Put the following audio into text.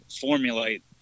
formulate